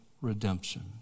redemption